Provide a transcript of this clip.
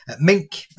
Mink